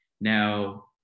Now